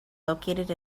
located